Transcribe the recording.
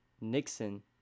Nixon